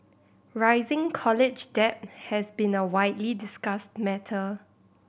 rising college debt has been a widely discussed matter